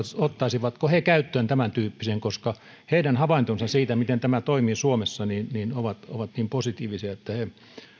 ottaisivatko he käyttöön tämäntyyppisen koska heidän havaintonsa siitä miten tämä toimii suomessa ovat niin positiivisia he